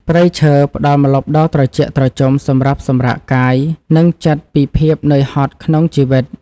ព្រៃឈើផ្តល់ម្លប់ដ៏ត្រជាក់ត្រជុំសម្រាប់សម្រាកកាយ និងចិត្តពីភាពនឿយហត់ក្នុងជីវិត។